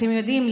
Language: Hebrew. אתם יודעים,